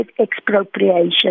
Expropriation